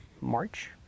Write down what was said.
March